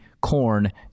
corn